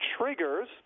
triggers